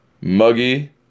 muggy